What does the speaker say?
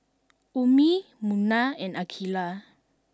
Ummi Munah and Aqilah